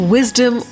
Wisdom